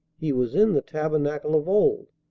he was in the tabernacle of old.